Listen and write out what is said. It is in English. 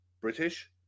British